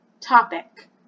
topic